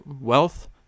wealth